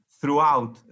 throughout